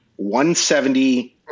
170